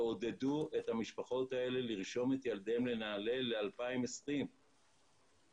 תעודדו את המשפחות האלה לרשום את הילדים לנעל"ה ל-2020 ואז